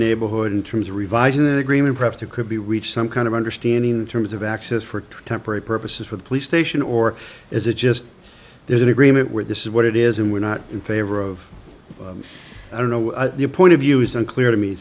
neighborhood in terms revise an agreement perhaps to could be reached some kind of understanding terms of access for temporary purposes for the police station or is it just there's an agreement where this is what it is and we're not in favor of i don't know your point of view is unclear to me